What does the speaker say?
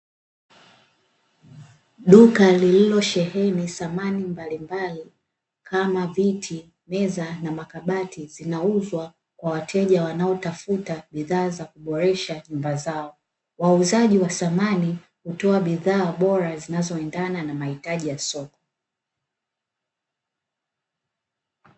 Duka lililosheheni samani mbalimbali kama viti, meza na makabati, zinauzwa kwa wateja wanaotafuta bidhaa za kuboresha nyumba zao. Wauzaji wa samani hutoa bidhaa bora zinazoendana na mahitaji ya soko.